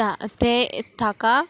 ते थाका